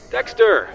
Dexter